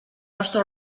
nostre